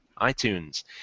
iTunes